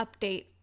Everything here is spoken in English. update